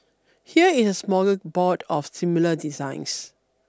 here's a smorgasbord of similar designs